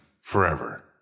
forever